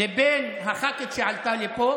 הח"כית שעלתה לפה,